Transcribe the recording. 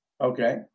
okay